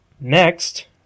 next